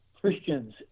Christians